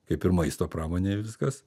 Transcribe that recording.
kaip ir maisto pramonėj viskas